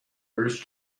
urged